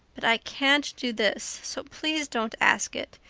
but i can't do this, so please don't ask it.